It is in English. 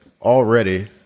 already